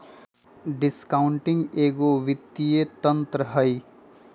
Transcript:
discounting एगो वित्तीय तंत्र हइ